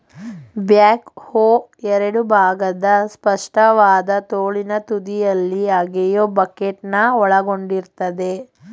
back ಹೋ ಎರಡು ಭಾಗದ ಸ್ಪಷ್ಟವಾದ ತೋಳಿನ ತುದಿಯಲ್ಲಿ ಅಗೆಯೋ ಬಕೆಟ್ನ ಒಳಗೊಂಡಿರ್ತದೆ